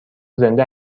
زنده